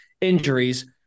injuries